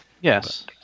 Yes